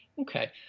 Okay